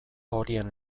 horien